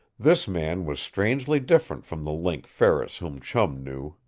this man was strangely different from the link ferris whom chum knew.